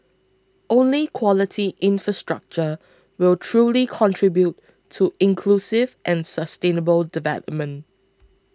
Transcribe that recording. only quality infrastructure will truly contribute to inclusive and sustainable development